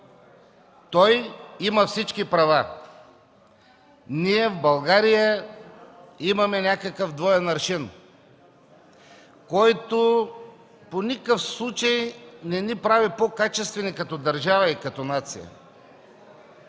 той има всички права. Ние в България имаме някакъв двоен аршин, който в никакъв случай не ни прави по-качествени като държава и като нация.